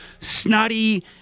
snotty